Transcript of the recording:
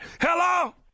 Hello